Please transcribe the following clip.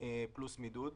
פלוס מידוד.